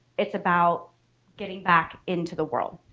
it's about getting back into the world.